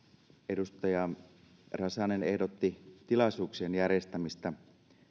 edustaja räsänen ehdotti tilaisuuksien järjestämistä